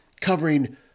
covering